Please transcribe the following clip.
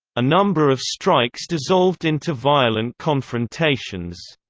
a number of strikes dissolved into violent confrontations.